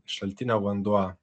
šaltinio vanduo